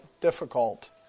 difficult